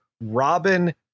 Robin